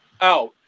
out